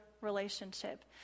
relationship